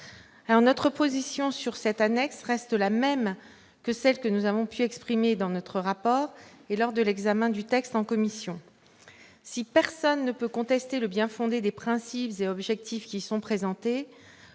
loi. Notre position sur cette annexe reste celle que nous avons exprimée dans notre rapport et lors de l'examen du texte en commission. Si personne ne peut contester le bien-fondé des principes et objectifs qui y sont présentés,